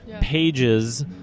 pages